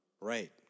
Right